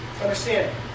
Understand